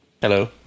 Hello